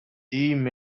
made